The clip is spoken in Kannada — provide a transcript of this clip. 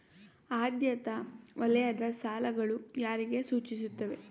ಆದ್ಯತಾ ವಲಯದ ಸಾಲಗಳು ಯಾರಿಗೆ ಸೂಚಿಸುತ್ತವೆ?